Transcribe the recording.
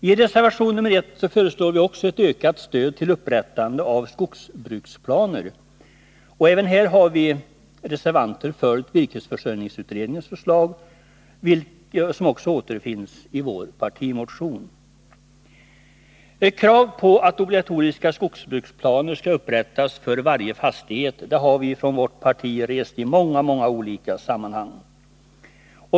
I reservation nr 1 föreslår vi också ett ökat stöd till upprättande av skogsbruksplaner, och även här har vi reservanter följt virkesförsörjningsutredningens förslag, som också återfinns i vår partimotion. Krav på att obligatoriska skogsbruksplaner skall upprättas för varje fastighet har vi från vårt parti rest i många olika sammanhang.